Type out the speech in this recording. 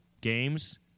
games